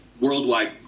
worldwide